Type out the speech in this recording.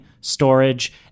storage